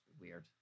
weird